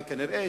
וכנראה,